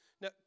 Now